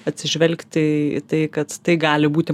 atsižvelgti į tai kad tai gali būti